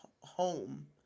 home